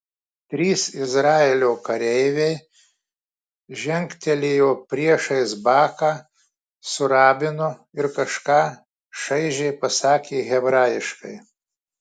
trys izraelio kareiviai žengtelėjo priešais baką su rabinu ir kažką šaižiai pasakė hebrajiškai